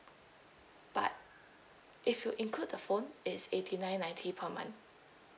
but if you include the phone it's eighty nine ninety per month